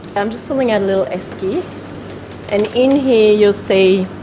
i'm just pulling out a little esky and in here you'll see